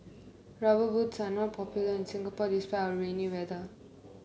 rubber boots are not popular in Singapore despite our rainy weather